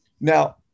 Now